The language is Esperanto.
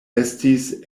estis